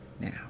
now